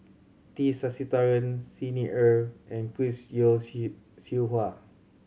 T Sasitharan Xi Ni Er and Chris Yeo Siew Hua